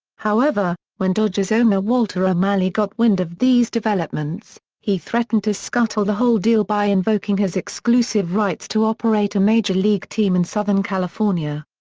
however, when dodgers owner walter o'malley got wind of these developments, he threatened to scuttle the whole deal by invoking his exclusive rights to operate a major league team in southern california.